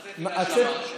מה הצפי להשלמה?